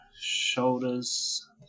shoulders